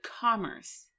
commerce